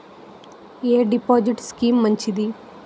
ఎ deposit scheme మంచిది?